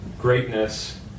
greatness